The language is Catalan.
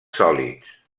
sòlids